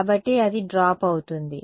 కాబట్టి అది డ్రాప్ అవుతుంది